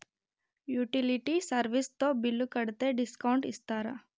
Utility service తో bill కడితే discount ఇస్తరా?